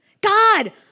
God